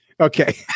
Okay